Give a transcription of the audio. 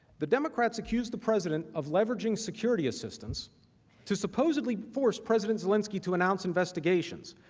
the democrats accuse the president of leveraging security assistance to supposedly force president zelensky to announce investigations.